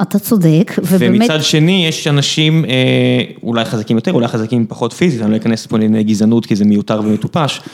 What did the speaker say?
אתה צודק, ובאמת... ומצד שני, יש אנשים אולי חזקים יותר, אולי חזקים פחות פיזית, אני לא אכנס פה לענייני גזענות, כי זה מיותר ומטופש.